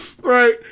right